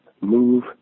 move